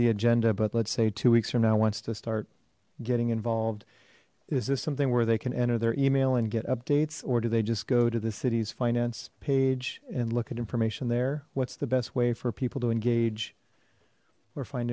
the agenda but let's say two weeks are now wants to start getting involved is this something where they can enter their email and get updates or do they just go to the city's finance page and look at information there what's the best way for people to engage or find